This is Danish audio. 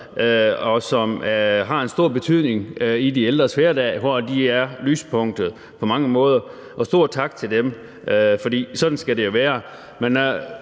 og som har en stor betydning i de ældres hverdag, hvor de er lyspunktet på mange måder. Og stor tak til dem, for sådan skal det jo være.